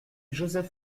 joseph